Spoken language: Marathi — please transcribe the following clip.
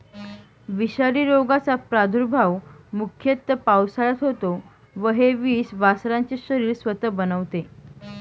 विषारी रोगाचा प्रादुर्भाव मुख्यतः पावसाळ्यात होतो व हे विष वासरांचे शरीर स्वतः बनवते